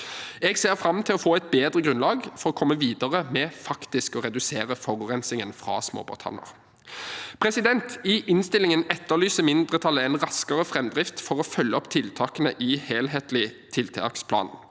Jeg ser fram til å få et bedre grunnlag for å komme videre med faktisk å redusere forurensningen fra småbåthavner. I innstillingen etterlyser mindretallet en raskere framdrift for å følge opp tiltakene i den helhetlige tiltaksplanen.